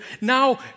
now